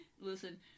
listen